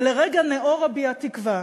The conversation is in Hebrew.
ולרגע ניעורה בי התקווה